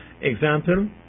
Example